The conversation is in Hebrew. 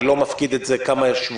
אני לא מפקיד את זה כמה שבועות,